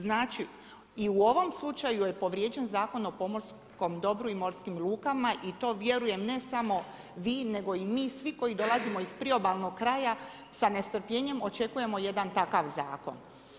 Znači, i u ovom slučaju je povrijeđen Zakon o pomorskom dobru i morskim lukama, i to vjerujem ne samo vi, nego i mi svi koji dolazimo iz priobalnog kraja sa nestrpljenjem očekujemo jedan takav zakon.